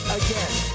again